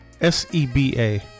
s-e-b-a